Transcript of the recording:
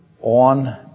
on